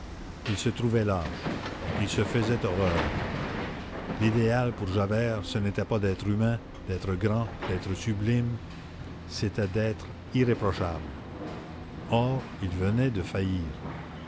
il se trouvait lâche il se faisait horreur l'idéal pour javert ce n'était pas d'être humain d'être grand d'être sublime c'était d'être irréprochable or il venait de faillir